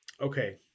Okay